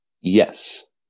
Yes